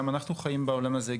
גם אנחנו חיים בעולם הזה,